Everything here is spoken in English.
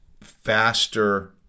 faster